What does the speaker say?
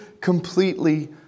completely